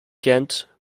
ghent